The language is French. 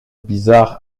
bizarre